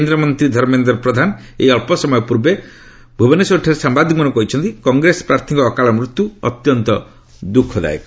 କେନ୍ଦ୍ରମନ୍ତ୍ରୀ ଧର୍ମେନ୍ଦ୍ର ପ୍ରଧାନ ଏହି ଅଳ୍ପ ସମୟ ପୂର୍ବେ ଭୁବନେଶ୍ୱରଠାରେ ସାମ୍ବାଦିକମାନଙ୍କୁ କହିଛନ୍ତି କଂଗ୍ରେସ ପ୍ରାର୍ଥୀଙ୍କ ଅକାଳ ମୃତ୍ୟୁ ଅତ୍ୟନ୍ତ ଦୁଃଖଦାୟକ